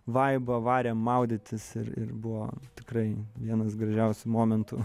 vaibą varėm maudytis ir ir buvo tikrai vienas gražiausių momentų